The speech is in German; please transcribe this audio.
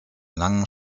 langen